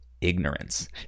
Ignorance